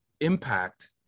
impact